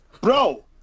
Bro